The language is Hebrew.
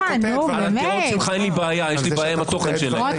אין לי בעיה עם הקריאות שלך אלא עם התוכן שלהן.